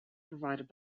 provided